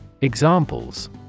Examples